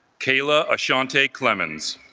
kayla ashanti clemens